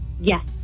Yes